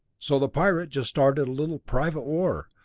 so the pirate just started a little private war,